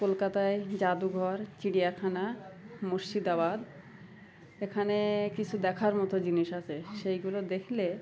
কলকাতায় জাদুঘর চিড়িয়াখানা মুর্শিদাবাদ এখানে কিছু দেখার মতো জিনিস আছে সেইগুলো দেখলে